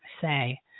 say